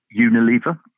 Unilever